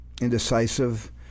indecisive